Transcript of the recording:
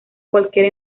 cualquier